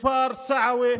בכפרים סעווה